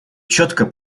четко